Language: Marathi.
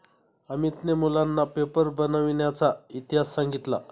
अमितने मुलांना पेपर बनविण्याचा इतिहास सांगितला